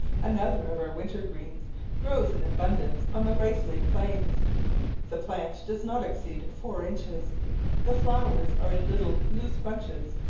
another of our winter-greens grows in abundance on the rice-lake plains the plant does not exceed four inches the flowers are in little loose bunches,